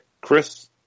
Chris